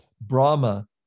Brahma